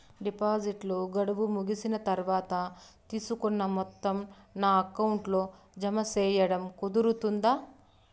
డిపాజిట్లు గడువు ముగిసిన తర్వాత, తీసుకున్న మొత్తం నా అకౌంట్ లో జామ సేయడం కుదురుతుందా?